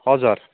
हजुर